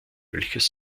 welches